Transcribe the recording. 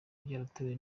byaratewe